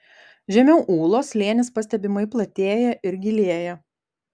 žemiau ūlos slėnis pastebimai platėja ir gilėja